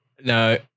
No